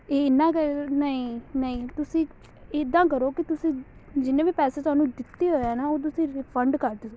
ਇਹ ਇੰਨਾ ਕੁ ਨਹੀਂ ਨਹੀਂ ਤੁਸੀਂ ਇੱਦਾਂ ਕਰੋ ਕਿ ਤੁਸੀਂ ਜਿੰਨੇ ਵੀ ਪੈਸੇ ਤੁਹਾਨੂੰ ਦਿੱਤੇ ਹੋਏ ਆ ਨਾ ਉਹ ਤੁਸੀਂ ਰਿਫੰਡ ਕਰਦੋ